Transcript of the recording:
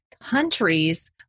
countries